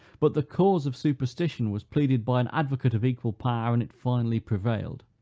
but the cause of superstition was pleaded by an advocate of equal power, and it finally prevailed.